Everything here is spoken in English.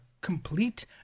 complete